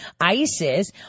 ISIS